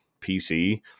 PC